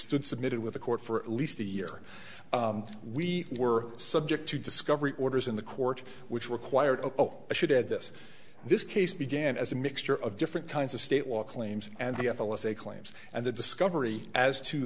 submitted with the court for at least a year we were subject to discovery orders in the court which required i should add this this case began as a mixture of different kinds of state walk claims and the f l as a claims and the discovery as to